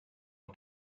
auf